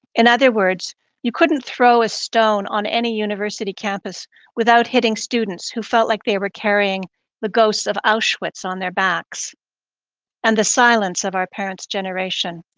in other words you couldn't thrown a stone on any university campus without hitting students who felt like they were carrying the ghosts of auschwiz on their backs and the silence of our parent's generation.